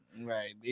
Right